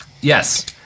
yes